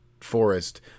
forest